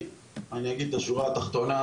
אני אגיד את השורה התחתונה.